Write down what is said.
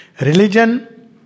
religion